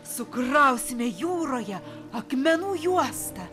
sukrausime jūroje akmenų juostą